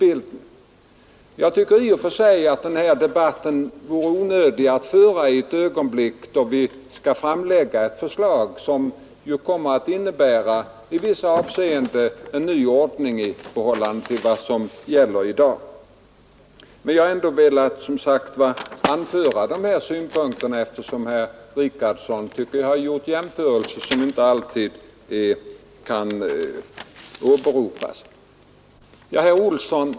I och för sig tycker jag att denna debatt är onödig att föra vid en tidpunkt då vi skall framlägga ett förslag som i vissa avseenden innebär en ny ordning. Men jag har ändå velat anföra dessa synpunkter, eftersom herr Richardson gjorde jämförelser som jag tycker inte kan göras.